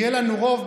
יהיה לנו רוב,